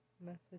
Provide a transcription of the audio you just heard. message